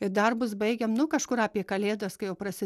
ir darbus baigiam nu kažkur apie kalėdas kai jau prasi